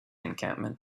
encampment